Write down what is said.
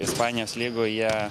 ispanijos lygoje